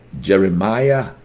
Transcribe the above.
Jeremiah